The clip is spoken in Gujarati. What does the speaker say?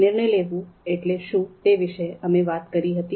નિર્ણય લેવું એટલે શું તે વિશે અમે વાત કરી હતી